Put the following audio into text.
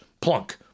Plunk